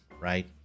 right